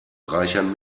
reichern